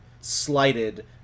slighted